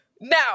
Now